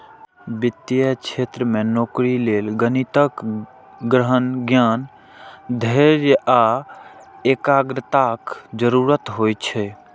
वित्तीय क्षेत्र मे नौकरी लेल गणितक गहन ज्ञान, धैर्य आ एकाग्रताक जरूरत होइ छै